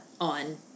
on